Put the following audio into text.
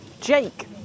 Jake